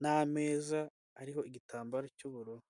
n'ameza ariho igitambaro cy'ubururu.